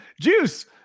Juice